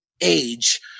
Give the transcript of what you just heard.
age